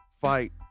fight